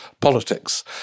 politics